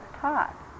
taught